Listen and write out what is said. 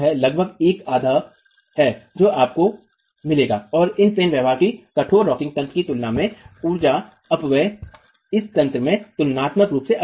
लगभग एक आधा है जो आपको मिलेगा और इन प्लेन व्यवहार के कठोर रॉकिंग तंत्र की तुलना में ऊर्जा अपव्यय इस तंत्र में तुलनात्मक रूप से अधिक है